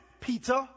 Peter